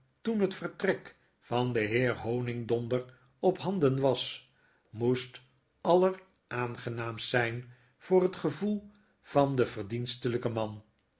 toen het vertrek van den heer honigdonder op handen was moest alleraangenaamst zyn voor het gevoel van den verdiensteliiken man